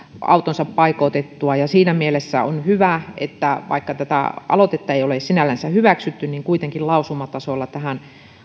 autonsa paikoitettua siinä mielessä on hyvä että vaikka tätä aloitetta ei ole sinällänsä hyväksytty niin kuitenkin lausumatasolla tähän